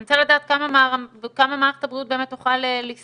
אני רוצה לדעת כמה מערכת הבריאות באמת תוכל לספוג.